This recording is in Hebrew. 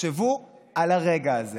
תחשבו על הרגע הזה